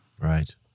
Right